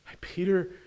Peter